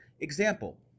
Example